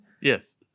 Yes